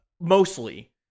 mostly